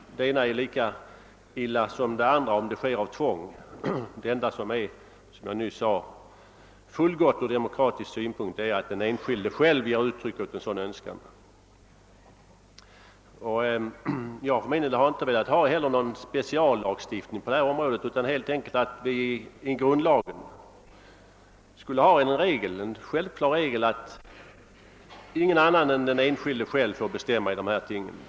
Det ena är lika illa som det andra, om det sker av tvång. Det enda som är fullgott från demokratisk synpunkt är att den enskilde själv ger uttryck åt sin önskan om anslutning. Jag har inte velat ha till stånd någon speciallagstiftning på detta område, utan jag menar helt enkelt att det i grundlagen skulle finnas den självklara regeln att ingen annan än den enskilde själv får bestämma i dessa ting.